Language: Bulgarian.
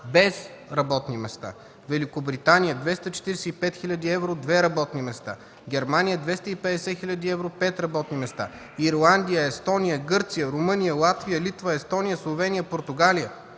без работни места. Във Великобритания – 245 хил. евро, две работни места, в Германия 250 хил. евро, пет работни места. Ирландия, Естония, Гърция, Румъния, Латвия, Литва, Словения, Португалия.